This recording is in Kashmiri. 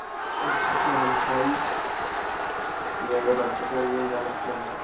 سُہ تہِ چھُ ہَمسایہِ تہٕ سُہ تہِ اَگر رۄپیہِ دَہ زینہِ غلظ کیٛاہ گوٚو